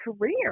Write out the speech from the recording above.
career